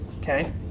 Okay